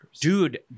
dude